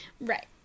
Right